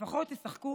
לפחות תשחקו